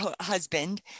husband